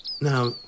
Now